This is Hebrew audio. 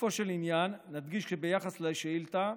לגופו של עניין אדגיש שביחס לשאילתה